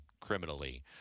criminally